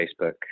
Facebook